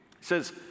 says